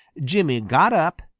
jimmy got up,